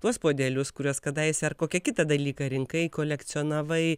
tuos puodelius kuriuos kadaise ar kokį kitą dalyką rinkai kolekcionavai